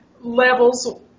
levels